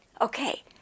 Okay